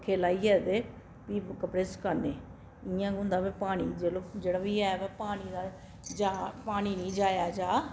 पक्खे लाइयै ते फ्ही कपड़े सकान्नें इयां केह् होंदा भई पानी जेह्ड़ा बी ऐ भाई पानी दा जां पानी नी जाया जा